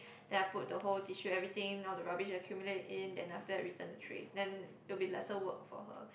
then I put the whole tissue everything all the rubbish accumulate in then after that return the tray then it will be lesser work for her